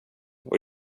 och